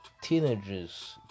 teenagers